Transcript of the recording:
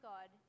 God